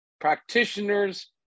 practitioners